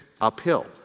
uphill